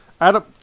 Adam